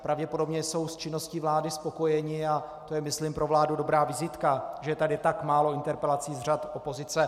Pravděpodobně jsou s činností vlády spokojeni a to je, myslím, pro vládu dobrá vizitka, že je tady tak málo interpelací z řad opozice.